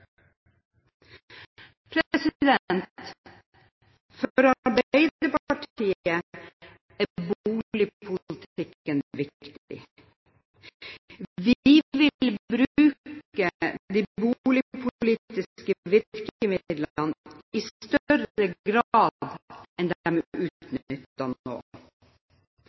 For Arbeiderpartiet er boligpolitikken viktig. Vi vil bruke de boligpolitiske virkemidlene i større grad enn de er utnyttet til nå.